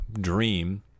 dream